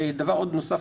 עוד דבר חשוב נוסף,